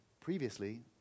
previously